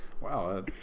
Wow